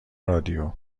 رادیو